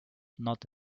not